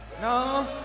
No